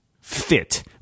fit